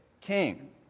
king